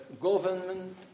government